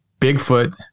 Bigfoot